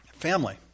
family